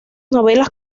novelas